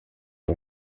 aba